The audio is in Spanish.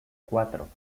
cuatro